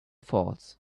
falls